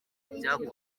byakozwe